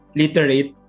literate